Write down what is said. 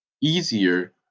easier